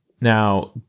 Now